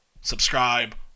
subscribe